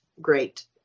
great